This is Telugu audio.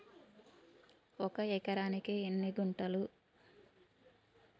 ఒక ఎకరానికి ఎన్ని గుంటలు?